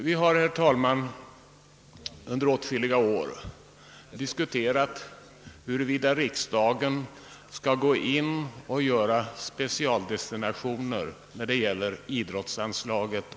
Vi har, herr talman, under åtskilliga år diskuterat huruvida riksdagen skall specialdestinera idrottsanslaget.